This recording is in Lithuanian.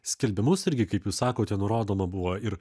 skelbimus irgi kaip jūs sakote nurodoma buvo ir